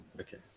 okay